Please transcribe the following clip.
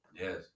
Yes